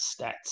stats